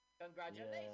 Congratulations